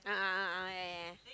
a'ah a'ah yeah yeah yeah